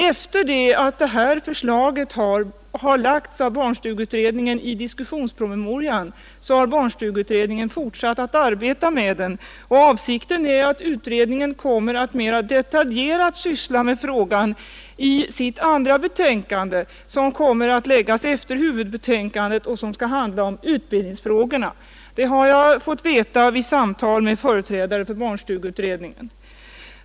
Efter det att det här förslaget lagts fram av barnstugeutredningen i diskussionspromemorian har utredningen fortsatt att arbeta med frågan, och avsikten är att barnstugeutredningen mera detaljerat skall syssla med den i sitt andra betänkande, som kommer att avges efter huvudbetänkandet och som skall handla om utbildningsfrågorna. Det har jag fått veta vid samtal med företrädare för barnstugeutredningen.